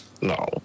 No